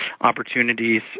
opportunities